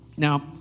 Now